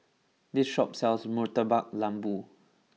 this shop sells Murtabak Lembu